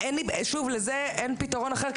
לזה אין פתרון אחר,